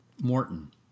Morton